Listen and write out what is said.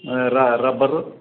rubber